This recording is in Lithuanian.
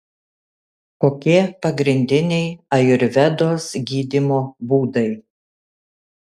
kokie pagrindiniai ajurvedos gydymo būdai